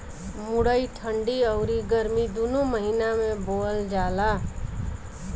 मुरई ठंडी अउरी गरमी दूनो महिना में बोअल जाला